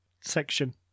section